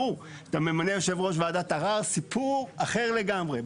אתה ממנה יושב ראש וועדת ערר, זה סיפור אחר לגמרי.